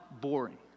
boring